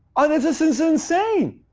ah this this is insane!